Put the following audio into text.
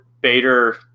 Bader –